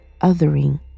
othering